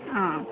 ಹಾಂ